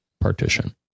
partition